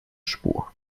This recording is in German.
spur